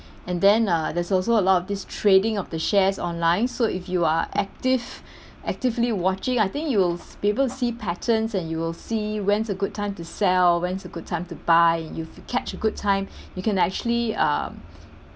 and then uh there's also a lot of this trading of the shares online so if you are active actively watching I think you will be able to see patterns and you will see when's a good time to sell when's a good time to buy you catch a good time you can actually uh